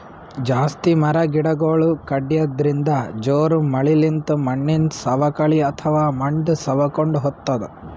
ಜಾಸ್ತಿ ಮರ ಗಿಡಗೊಳ್ ಕಡ್ಯದ್ರಿನ್ದ, ಜೋರ್ ಮಳಿಲಿಂತ್ ಮಣ್ಣಿನ್ ಸವಕಳಿ ಅಥವಾ ಮಣ್ಣ್ ಸವಕೊಂಡ್ ಹೊತದ್